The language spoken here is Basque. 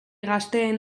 gazteen